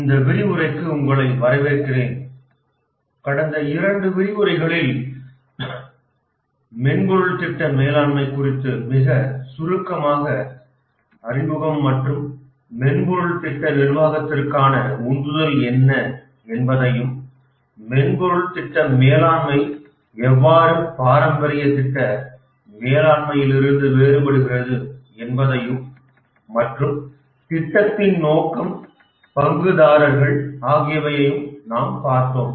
இந்த விரிவுரைக்கு உங்களை வரவேற்கிறேன் கடந்த இரண்டு விரிவுரைகளில் மென்பொருள் திட்ட மேலாண்மை குறித்த மிகச் சுருக்கமான அறிமுகம் மற்றும் மென்பொருள் திட்ட நிர்வாகத்திற்கான உந்துதல் என்ன என்பதையும் மென்பொருள் திட்ட மேலாண்மை எவ்வாறு பாரம்பரிய திட்ட மேலாண்மையிலிருந்து வேறுபடுகிறது என்பதையும் மற்றும் திட்டத்தின் நோக்கம் பங்குதாரர்கள் ஆகியவையையும் நாம் பார்த்தோம்